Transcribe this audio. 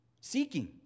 seeking